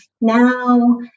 now